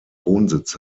wohnsitz